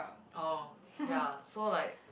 oh ya so like